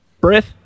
breath